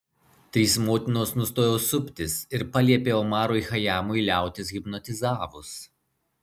trys motinos nustojo suptis ir paliepė omarui chajamui liautis hipnotizavus